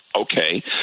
Okay